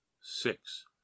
six